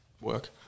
work